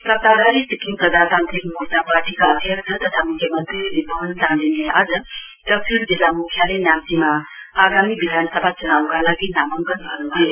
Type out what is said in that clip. सत्ताधारी सिक्किम प्रजातान्त्रिक मोर्चा पार्टीका अध्यक्ष तथा मुख्यमन्त्री श्री पवन चामलिङले आज दक्षिण जिल्ला मुख्यालय नाम्चीमा आगामी विधानसभा चुनाउका लागि नामाङ्कन भर्नुभयो